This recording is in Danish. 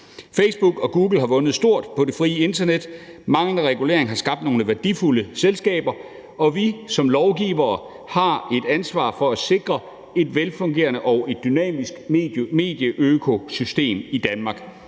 Facebook og Google har vundet stort på det frie internet, manglende regulering har skabt nogle værdifulde selskaber, og vi har som lovgivere et ansvar for at sikre et velfungerende og dynamisk medieøkosystem i Danmark.